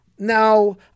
now